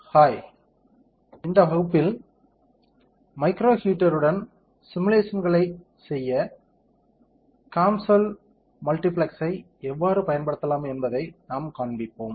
hi இந்த வகுப்பில் micro ஹீட்டருடன் சிமுலேஷன்ஸ்களைச் செய்ய COMSOL மல்டிபிசிக்ஸை எவ்வாறு பயன்படுத்தலாம் என்பதை நாம் காண்பிப்போம்